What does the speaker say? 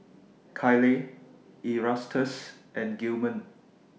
Kyleigh Erastus and Gilman